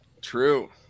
True